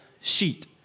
sheet